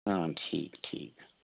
हां ठीक ठीक